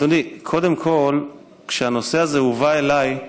אדוני, קודם כול, כשהנושא הזה הובא אליי,